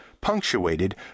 punctuated